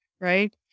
right